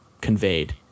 conveyed